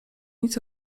nic